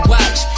Watch